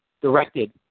directed